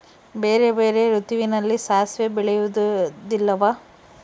ಬೇರೆ ಬೇರೆ ಋತುವಿನಲ್ಲಿ ಸಾಸಿವೆ ಬೆಳೆಯುವುದಿಲ್ಲವಾ?